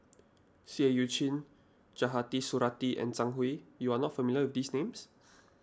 Seah Eu Chin Khatijah Surattee and Zhang Hui you are not familiar with these names